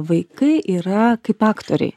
vaikai yra kaip aktoriai